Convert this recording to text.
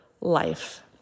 life